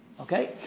Okay